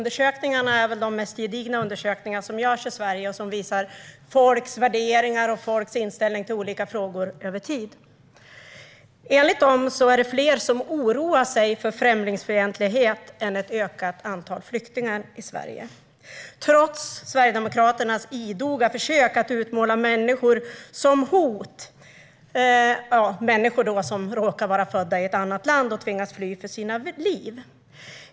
Fru talman! Enligt de mest gedigna undersökningar som görs i Sverige och som visar folks värderingar och folks inställning till olika frågor över tid är det fler som oroar sig för främlingsfientlighet än för ett ökat antal flyktingar i Sverige, trots Sverigedemokraternas idoga försök att utmåla människor som råkar vara födda i ett annat land och som har tvingats fly för sina liv som hot.